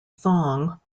thong